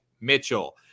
Mitchell